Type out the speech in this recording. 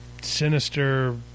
Sinister